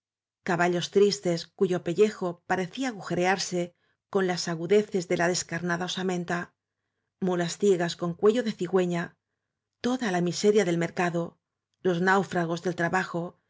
caballos tristes cuyo pellejo parecía agujerearse con las águdeces de la descarnada osamenta muías ciegas con cuello de cigüeña toda la miseria del mer cado los náufragos del trabajo